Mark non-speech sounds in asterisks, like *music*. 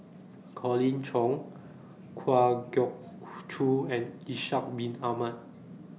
Colin Cheong Kwa Geok *unintelligible* Choo and Ishak Bin Ahmad